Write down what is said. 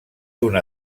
una